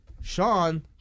Sean